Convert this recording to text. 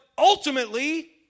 Ultimately